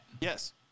Yes